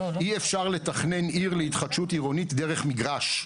אי אפשר לתכנן עיר להתחדשות עירונית דרך מגרש,